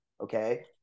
Okay